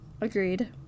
Agreed